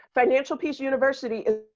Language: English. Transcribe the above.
financial peace university is,